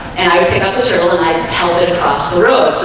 and i would pick up a journal and i held it across the